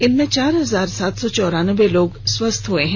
इनमें चार हजार सात सौ चौरानबे लोग स्वस्थ हो चुके हैं